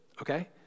okay